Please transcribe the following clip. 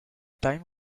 time